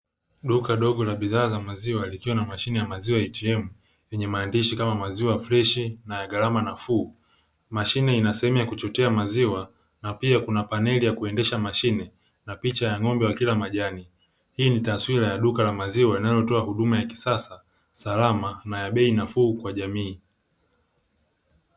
Duka dogo la bidhaa za maziwa likiwa na mashine ya maziwa "ATM", yenye maandishi kama maziwa freshi na ya gharama nafuu. Mashine ina sehemu yakuchotea maziwa na pia kuna paneli ya kuendesha mashine na picha ya ng'ombe wakila majani. Hii ni taswira ya duka la maziwa linalotoa huduma ya kisasa, salama na ya bei nafuu kwa jamii.